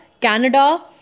Canada